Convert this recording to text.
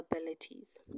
abilities